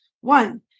One